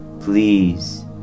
please